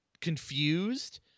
confused